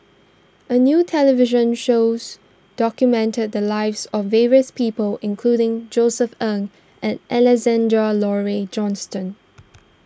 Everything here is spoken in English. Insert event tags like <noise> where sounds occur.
a new television shows documented the lives of various people including Josef Ng and Alexander Laurie Johnston <noise>